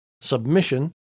Submission